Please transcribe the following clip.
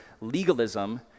legalism